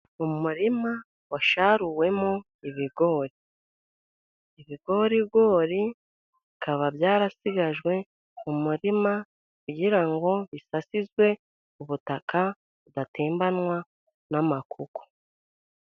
Umurima wasaruwemo ibigori. Ibigorigori bikaba byarasigajwe mu murima, kugira ngo bisasizwe ubutaka budatembanwa n'umukuku.